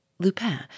Lupin